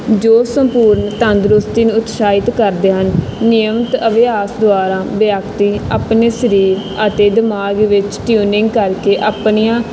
ਜੋ ਸੰਪੂਰਨ ਤੰਦਰੁਸਤੀ ਨੂੰ ਉਤਸ਼ਾਹਿਤ ਕਰਦੇ ਹਨ ਨਿਯਮਤ ਅਭਿਆਸ ਦੁਆਰਾ ਵਿਅਕਤੀ ਆਪਣੇ ਸਰੀਰ ਅਤੇ ਦਿਮਾਗ ਵਿੱਚ ਟਿਊਨਿੰਗ ਕਰਕੇ ਆਪਣੀਆਂ